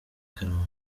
kanombe